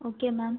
okay ma'am